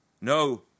No